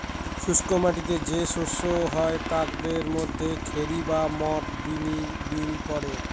শুস্ক মাটিতে যে শস্য হয় তাদের মধ্যে খেরি বা মথ, বিন পড়ে